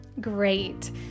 Great